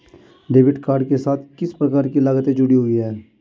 Debit card के साथ किस प्रकार की लागतें जुड़ी हुई हैं?